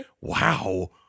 wow